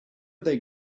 they